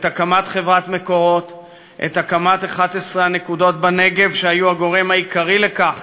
את הקמת חברת "מקורות"; את הקמת 11 הנקודות בנגב שהיו הגורם העיקרי לכך